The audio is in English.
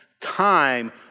time